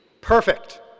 Perfect